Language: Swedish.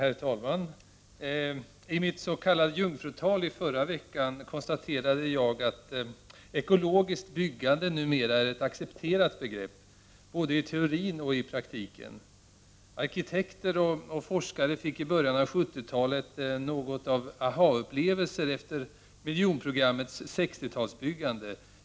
Herr talman! I mitt s.k. jungfrutal förra veckan konstaterade jag att begreppet ekologiskt byggande numera är accepterat, både i teorin och i praktiken. Arkitekter och forskare fick i början av 70-talet någonting som kan liknas vid aha-upplevelser efter 60-talsbyggandet och miljonprogrammet.